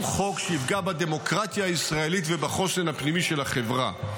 חוק שיפגע בדמוקרטיה הישראלית ובחוסן הפנימי של החברה.